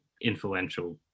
influential